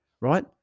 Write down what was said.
right